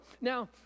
Now